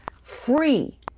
free